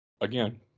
Again